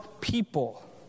people